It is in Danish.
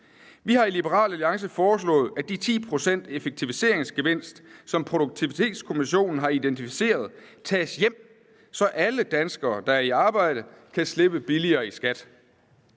Vi har i Liberal Alliance foreslået, at den effektiviseringsgevinst på 10 pct., som Produktivitetskommissionen har identificeret, tages hjem, så alle danskere, der er i arbejde, kan slippe billigere i skat.